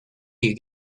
you